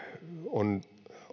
on